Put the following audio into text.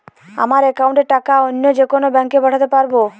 আমার একাউন্টের টাকা অন্য যেকোনো ব্যাঙ্কে পাঠাতে পারব?